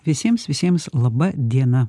visiems visiems laba diena